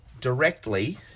directly